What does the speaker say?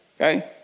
Okay